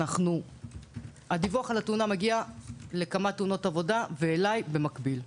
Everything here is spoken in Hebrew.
הדיווח על התאונה מגיע לכמה --- ואלי במקביל.